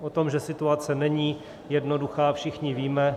O tom, že situace není jednoduchá, všichni víme.